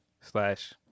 slash